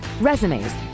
resumes